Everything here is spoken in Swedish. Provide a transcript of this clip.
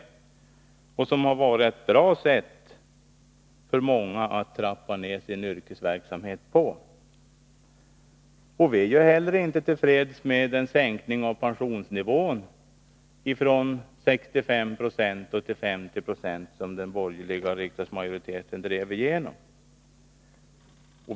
Den har erbjudit många ett bra sätt att trappa ner sin yrkesverksamhet. Inte heller vi är till freds med den sänkning av pensionsnivån från 65 Yo till 50 20 som den borgerliga riksdagsmajoriteten drev igenom.